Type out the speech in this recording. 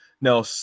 Now